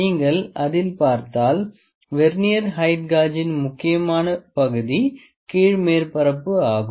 நீங்கள் அதில் பார்த்தால் வெர்னியர் ஹெயிட் காஜின் முக்கியமான பகுதி கீழ் மேற்பரப்பு ஆகும்